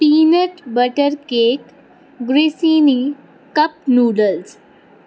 peanut butter cake grissini cup noodles